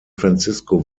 francisco